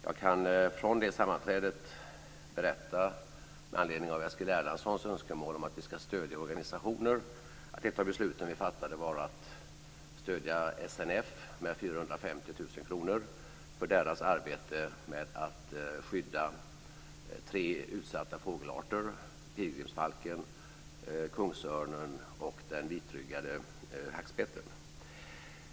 Jag kan från det sammanträdet berätta, med anledning av Eskil Erlandssons önskemål om att vi ska stödja organisationer, att ett av besluten vi fattade var att vi ska stödja SNF med 450 000 kr för dess arbete med att skydda tre utsatta fågelarter: pilgrimsfalken, kungsörnen och den vitryggade hackspetten.